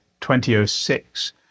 2006